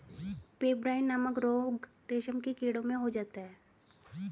pebrine नामक रोग रेशम के कीड़ों में हो जाता है